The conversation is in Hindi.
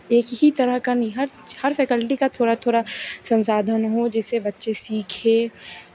एक ही तरह का नहीं हर हर फ़ेकल्टी का थोड़ा थोड़ा संसाधन हो जिससे बच्चे सीखें